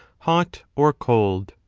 hot or cold,